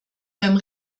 beim